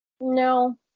No